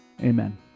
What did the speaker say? Amen